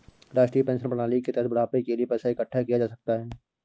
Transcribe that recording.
राष्ट्रीय पेंशन प्रणाली के तहत बुढ़ापे के लिए पैसा इकठ्ठा किया जा सकता है